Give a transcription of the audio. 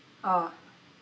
ah